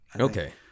Okay